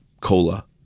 cola